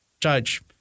Judge